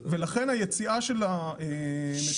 של 615